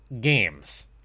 games